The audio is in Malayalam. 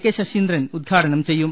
കെ ശശീന്ദ്രൻ ഉദ്ഘാടനം ചെയ്യും